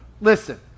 Listen